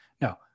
No